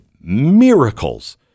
miracles